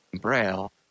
Braille